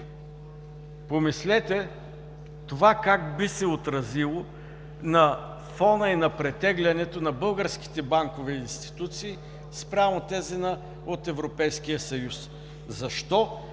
Помислете това как би се отразило на фона и на претеглянето на българските банкови институции спрямо тези от Европейския съюз? Защо